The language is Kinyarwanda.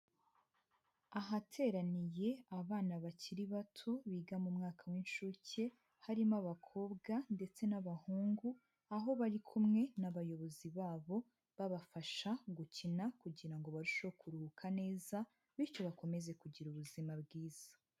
Ahateraniye abana bakiri bato biga mu mwaka w'incuke, harimo abakobwa ndetse n'abahungu aho bari kumwe n'abayobozi babo, babafasha gukina kugira ngo barusheho kuruhuka neza, bityo bakomeze kugira ubuzima bwiza.